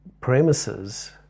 premises